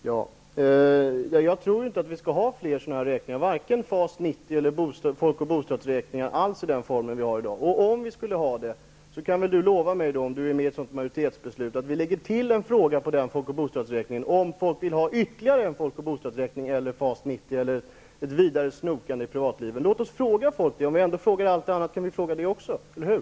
Herr talman! Jag tror inte vi skall ha fler räkningar, varken FAS 90 eller folk och bostadsräkningar, i den form som vi har i dag. Om vi skulle ha sådana, kan väl Per Olof Håkansson lova mig -- om han nu står för ett majoritetsbeslut -- att ni tillägger en fråga i en sådan folk och bostadsräkning, nämligen om folk vill ha ytterligare folk och bostadsräkningar, FAS 90 eller ett vidare snokande i deras privatliv. Låt oss fråga folk. När vi ändå frågar om allt annat, kan vi väl fråga om det också, eller hur?